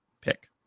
pick